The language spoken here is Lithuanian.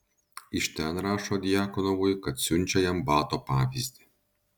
iš ten rašo djakonovui kad siunčia jam bato pavyzdį